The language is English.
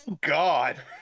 God